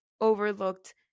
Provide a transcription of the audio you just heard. overlooked